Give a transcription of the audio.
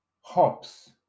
hops